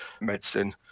medicine